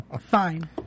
Fine